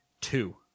Two